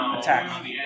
Attack